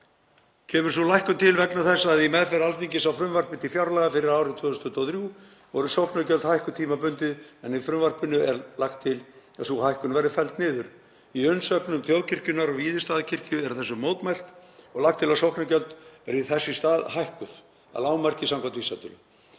Kemur sú lækkun til vegna þess að í meðferð Alþingis á frumvarpi til fjárlaga fyrir árið 2023 voru sóknargjöld hækkuð tímabundið en í frumvarpinu er lagt til að sú hækkun verði nú felld niður. Í umsögnum Þjóðkirkjunnar og Víðistaðakirkju er þessu mótmælt og lagt til að sóknargjöld verði þess í stað hækkuð „að lágmarki samkvæmt vísitölu“.